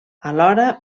alhora